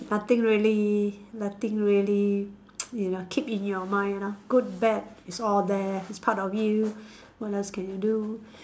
nothing really nothing really you know keep in your mind lah good bad it's all there it's part of you what else can you do